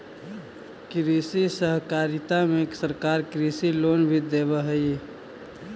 कृषि सहकारिता में सरकार कृषि लोन भी देब हई